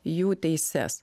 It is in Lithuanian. jų teises